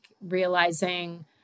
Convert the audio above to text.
realizing